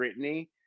Britney